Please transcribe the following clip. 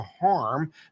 harm